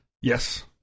Yes